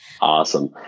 Awesome